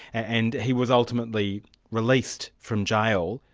and he was ultimately released from jail.